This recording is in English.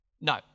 No